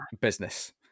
business